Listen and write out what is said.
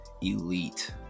elite